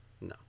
No